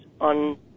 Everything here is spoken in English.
on